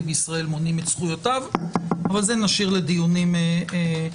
בישראל מונעים את זכויותיו אבל זה נשאיר לדיונים אחרים.